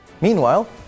Meanwhile